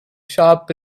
sharp